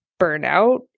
burnout